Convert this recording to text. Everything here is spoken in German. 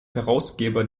herausgeber